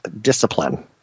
discipline